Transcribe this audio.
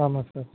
ஆமாம் சார்